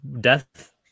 death